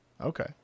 Okay